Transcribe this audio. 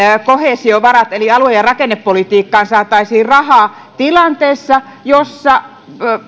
koheesiovaroihin eli alue ja rakennepolitiikkaan saataisiin rahaa tilanteessa jossa